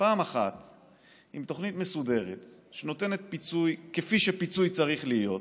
פעם אחת עם תוכנית מסודרת שנותנת פיצוי כפי שפיצוי צריך להיות,